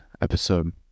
episode